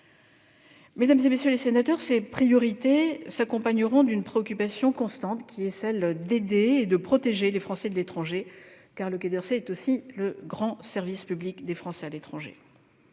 sénatrices, messieurs les sénateurs, ces priorités s'accompagneront d'une préoccupation constante : aider et protéger les Français de l'étranger, car le Quai d'Orsay est aussi le grand service public des Français à l'étranger.